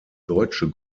deutsche